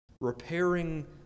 repairing